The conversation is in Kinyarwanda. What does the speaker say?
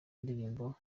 indirimbo